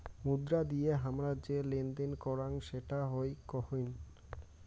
মুদ্রা দিয়ে হামরা যে লেনদেন করাং সেটা হই কোইন